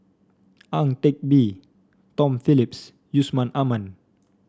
Ang Teck Bee Tom Phillips Yusman Aman